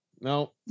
No